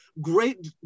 great